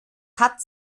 hat